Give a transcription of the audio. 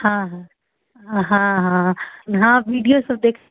हँ हँ हँ हँ वीडियो सभ देखैत